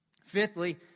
Fifthly